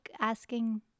asking